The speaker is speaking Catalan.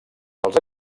els